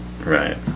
right